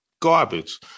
garbage